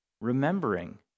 remembering